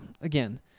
again